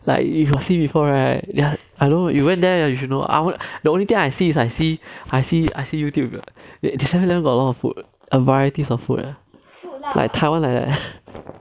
like you got see before right ya I know you went there ya you should know our the only thing I see I see I see I see youtube they seven eleven got a lot of food ah varieties of food leh like taiwan like that